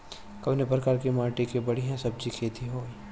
कवने प्रकार की माटी में बढ़िया सब्जी खेती हुई?